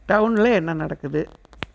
டவுனில் என்ன நடக்குது